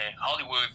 hollywood